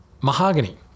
Mahogany